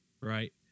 right